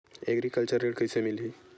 Agriculture ऋण कइसे मिलही?